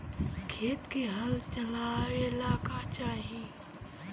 खेत मे हल चलावेला का चाही?